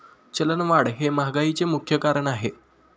चलनवाढ हे महागाईचे मुख्य कारण आहे